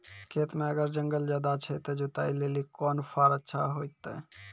खेत मे अगर जंगल ज्यादा छै ते जुताई लेली कोंन फार अच्छा होइतै?